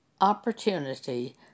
opportunity